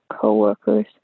co-workers